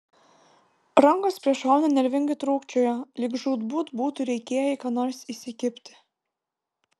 rankos prie šonų nervingai trūkčiojo lyg žūtbūt būtų reikėję į ką nors įsikibti